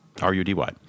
R-U-D-Y